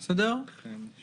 זה אסור וסותר את האינטרס